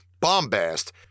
bombast